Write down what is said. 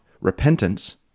repentance